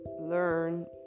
learn